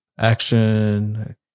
action